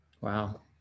Wow